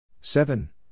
seven